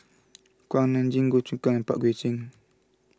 Kuak Nam Jin Goh Choon Kang and Pang Guek Cheng